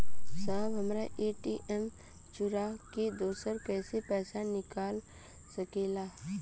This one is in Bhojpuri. साहब हमार ए.टी.एम चूरा के दूसर कोई पैसा निकाल सकेला?